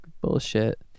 bullshit